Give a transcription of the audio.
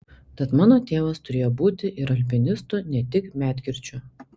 tad mano tėvas turėjo būti ir alpinistu ne tik medkirčiu